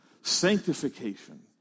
Sanctification